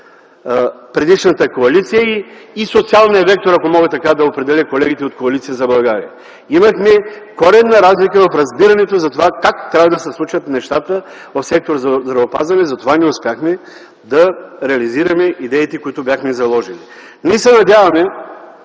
предишната коалиция, и социалният вектор, ако мога така да определя колегите от Коалиция за България. Имахме коренна разлика в разбирането за това как трябва да се случат нещата в сектор „Здравеопазване”, затова и не успяхме да реализираме идеите, които бяхме заложили. Ние се надяваме,